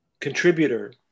contributor